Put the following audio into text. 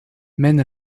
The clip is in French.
mène